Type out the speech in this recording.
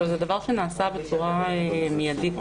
זה דבר שנעשה בצורה מידית.